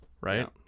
Right